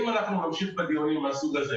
אם אנחנו נמשיך את הדיונים מהסוג הזה